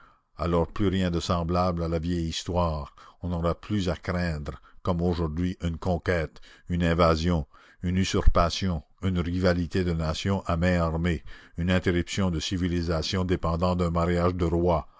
alors plus rien de semblable à la vieille histoire on n'aura plus à craindre comme aujourd'hui une conquête une invasion une usurpation une rivalité de nations à main armée une interruption de civilisation dépendant d'un mariage de rois